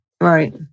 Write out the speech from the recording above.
Right